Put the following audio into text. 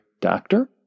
doctor